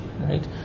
right